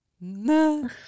no